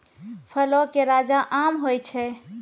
फलो के राजा आम होय छै